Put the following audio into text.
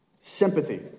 sympathy